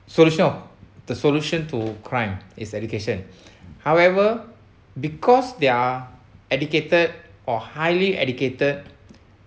solution of the solution to crime is education however because they are educated or highly educated